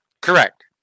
Correct